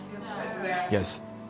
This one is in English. Yes